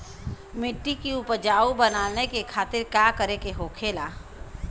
मिट्टी की उपजाऊ बनाने के खातिर का करके होखेला?